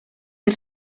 per